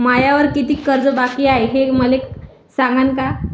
मायावर कितीक कर्ज बाकी हाय, हे मले सांगान का?